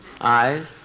Eyes